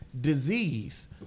disease